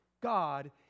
God